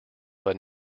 but